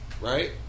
right